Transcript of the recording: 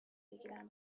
بگیرم